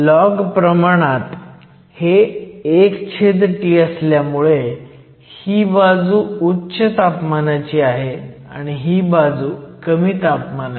log प्रमाणात हे 1T असल्यामुळे ही बाजू उच्च तापमानाची आहे आणि ही बाजू कमी तापमानाची